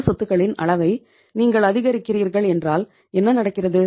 நடப்பு சொத்துகளின் அளவை நீங்கள் அதிகரிக்கிறீர்கள் என்றால் என்ன நடக்கிறது